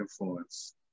influence